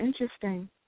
interesting